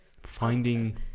finding